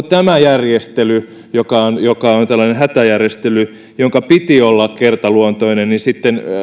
tämä järjestely joka on joka on tällainen hätäjärjestely ja jonka piti olla kertaluontoinen